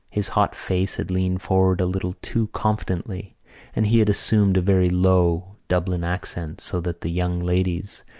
his hot face had leaned forward a little too confidentially and he had assumed a very low dublin accent so that the young ladies,